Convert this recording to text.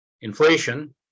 inflation